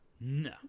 no